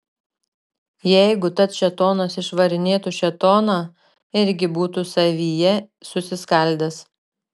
jeigu tad šėtonas išvarinėtų šėtoną irgi būtų savyje susiskaldęs